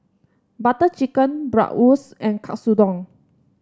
Butter Chicken Bratwurst and Katsudon